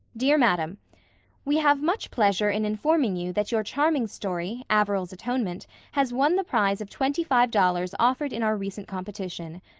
dear madam we have much pleasure in informing you that your charming story averil's atonement has won the prize of twenty-five dollars offered in our recent competition.